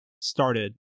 Started